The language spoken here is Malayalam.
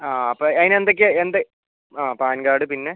ആ അപ്പം അതിന് എന്തൊക്കെയാണ് എന്ത് ആ പാൻ കാർഡ് പിന്നെ